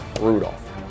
Rudolph